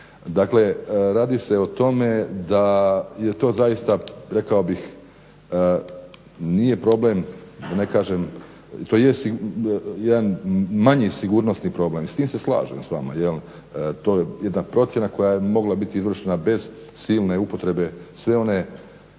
dakle radi se o tome da je to zaista rekao bih, nije problem da ne kažem, to jest jedan manje sigurnosni problem i s time se slažem s vama, to je jedan procjena koja je mogla biti izvršena bez silne upotrebe sve one